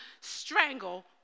strangle